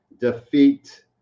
defeat